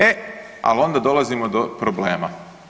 E, al onda dolazimo do problema.